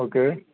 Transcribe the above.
okay